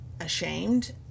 ashamed